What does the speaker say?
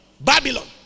Babylon